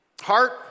Heart